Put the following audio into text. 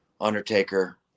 Undertaker